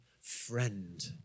friend